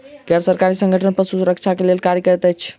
गैर सरकारी संगठन पशु सुरक्षा लेल कार्य करैत अछि